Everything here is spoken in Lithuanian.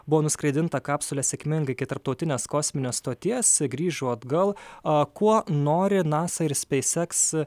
buvo nuskraidinta kapsulę sėkmingai tarptautinės kosminės stoties grįžo atgal a kuo nori nasa ir spacex